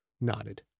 nodded